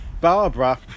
Barbara